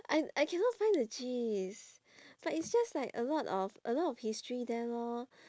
I I cannot find the gist but it's just like a lot of a lot of history there lor